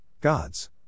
Gods